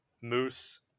moose